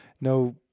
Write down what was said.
no